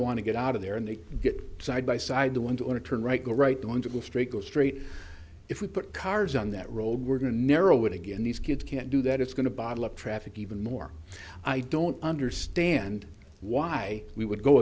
want to get out of there and they get side by side the ones who want to turn right go right go on to go straight go straight if we put cars on that road we're going to narrow it again these kids can't do that it's going to bottle up traffic even more i don't understand why we would go